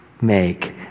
make